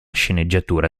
sceneggiatura